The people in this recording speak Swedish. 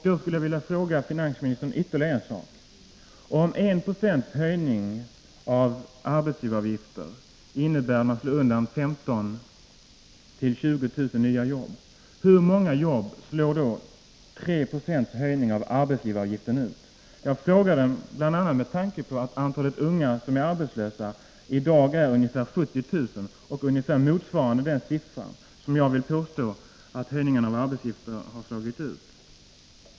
Jag skulle mot den bakgrunden vilja ställa ytterligare en fråga: Om 1 426 höjning av arbetsgivaravgifter innebär att man slår undan 15 000-20 000 nya jobb, hur många jobb slår då 3 76 höjning av arbetsgivaravgiften ut? Jag frågar bl.a. med tanke på att antalet unga som är arbetslösa i dag är ca 70 000, ungefär motsvarande det antal jobb som jag vill påstå att höjningen av arbetsgivaravgiften har slagit ut.